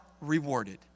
rewarded